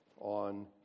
on